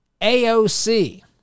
AOC